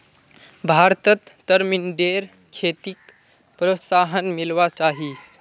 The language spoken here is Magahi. भारतत तरमिंदेर खेतीक प्रोत्साहन मिलवा चाही